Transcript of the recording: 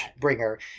bringer